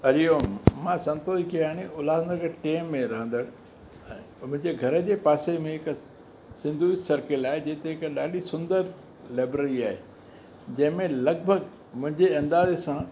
हरिओम मां संतोष गेहाणी उल्हासनगर टे में रहंदड़ मुंहिंजे घर जे पासे में हिक सिंधू युथ सर्कल आहे जिते हिक ॾाढी सुंदर लाइब्ररी आहे जंहिंमें लॻभॻि मुंहिंजे अंदाज़े सां